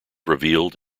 revealed